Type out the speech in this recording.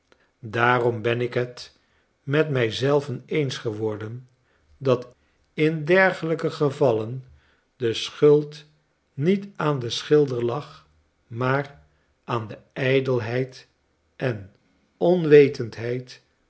daarom ben ik het met mij zelven eens geworden dat in dergelijke gevallen deschuld niet aan den schilder lag maar aan de ijdelheid en onwetendheid